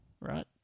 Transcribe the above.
right